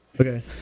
Okay